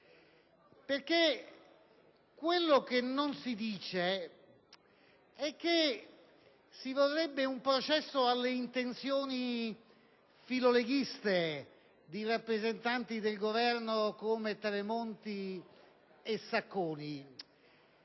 Perché quello che non si dice è che si vorrebbe un processo alle intenzioni filoleghiste di rappresentanti del Governo come i ministri Tremonti e Sacconi;